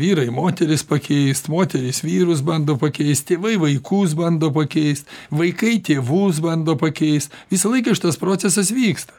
vyrai moteris pakeist moterys vyrus bando pakeist tėvai vaikus bando pakeist vaikai tėvus bando pakeist visą laiką šitas procesas vyksta